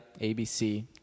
ABC